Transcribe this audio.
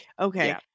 okay